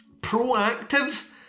proactive